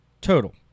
total